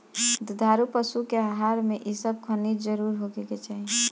दुधारू पशु के आहार में इ सब खनिज जरुर होखे के चाही